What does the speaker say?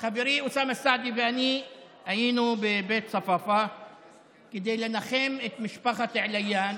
חברי אוסאמה סעדי ואני היינו בבית צפאפא כדי לנחם את משפחת עליאן